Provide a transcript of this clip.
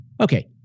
Okay